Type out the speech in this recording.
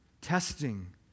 Testing